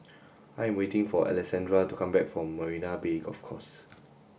I am waiting for Alessandra to come back from Marina Bay Golf Course